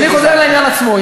אני חוזר לעניין עצמו.